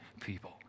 people